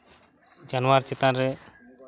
ᱡᱟᱱᱣᱟᱨ ᱪᱮᱛᱟᱱ ᱨᱮ